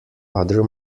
other